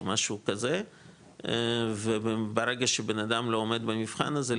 או משהו כזה וברגע שבנאדם לא עומד במבחן הזה,